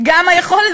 גם היכולת,